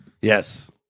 Yes